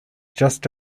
just